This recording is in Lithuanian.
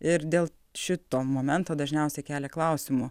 ir dėl šito momento dažniausiai kelia klausimų